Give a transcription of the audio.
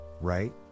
right